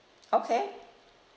okay